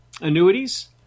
annuities